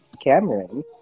Cameron